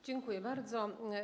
Dziękuję bardzo.